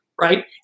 right